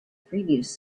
previous